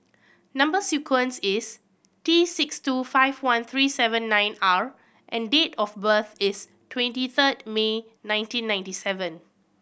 number sequence is T six two five one three seven nine R and date of birth is twenty third May nineteen ninety seven